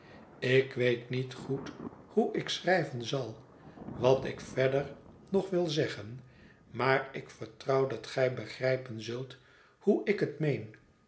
ik weet niet goed hoe ik schrijven zal wat ik verder nog wil zeggen maar ik vertrouw dat gij begrijpen zult hoe ik het meen